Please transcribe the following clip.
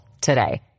Today